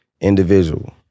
individual